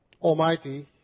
Almighty